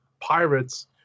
pirates